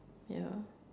ya